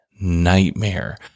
nightmare